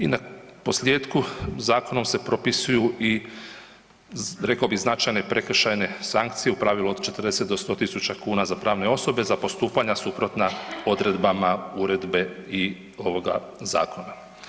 I na posljetku, zakonom se propisuju i reko bi značajne prekršajne sankcije u pravilu od 40 do 100.000 kuna za pravne osobe za postupanja suprotna odredbama uredbe i ovoga zakona.